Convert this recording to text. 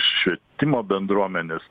švietimo bendruomenės